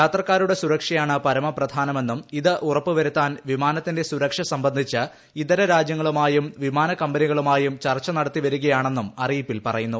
യാത്രക്കാരുടെ സുരക്ഷയാണ് പരമ പ്രധാനമെന്നും ഇത് ഉറപ്പുവരുത്താൻ വിമാനത്തിന്റെ സുരക്ഷ സംബന്ധിച്ച് ഇതര രാജ്യങ്ങളുമായും വിമാന കമ്പനികളുമായും ചർച്ച നടത്തി വരികയാണെന്നും അറിയിപ്പിൽ പറയുന്നു